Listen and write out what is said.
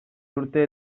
urte